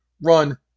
run